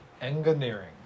engineering